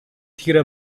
تیره